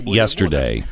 yesterday